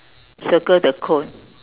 circle the cone